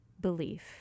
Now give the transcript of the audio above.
belief